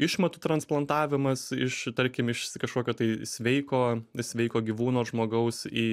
išmatų transplantavimas iš tarkim iš kažkokio tai sveiko sveiko gyvūno žmogaus į